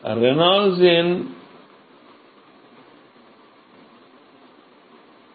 Reynolds எண் 4 ṁ 𝞹d𝛍